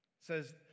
says